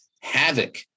havoc